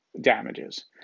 damages